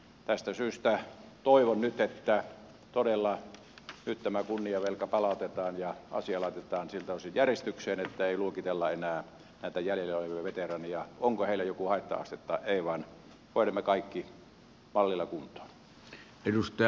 tästä syystä toivon että todella nyt tämä kunniavelka palautetaan ja asia laitetaan siltä osin järjestykseen että ei luokitella enää näitä jäljellä olevia veteraaneja onko heillä joku haitta aste vai ei vaan hoidamme kaikki mallilla kuntoon